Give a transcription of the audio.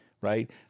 right